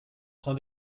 train